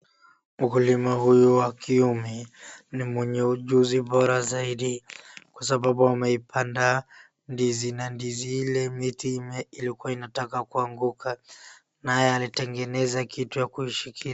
Mkulima huyu wa kiume, ni mwenye ujuzi bora zaidi kwasababu ameipanda ndizi na ndizi ile miti ilikuwa inataka kuanguka, naye alitengeneza kitu ya kuishikilia.